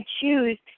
choose